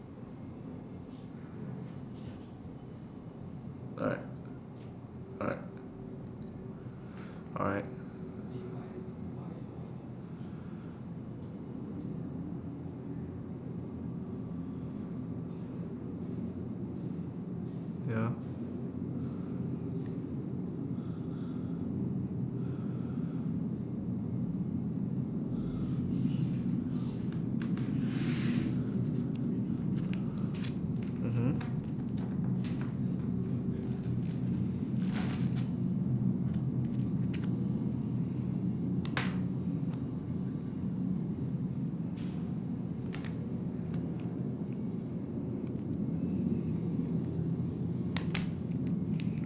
alright alright alright ya